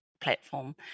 platform